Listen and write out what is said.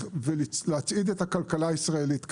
ולהצעיד את הכלכלה הישראלית קדימה.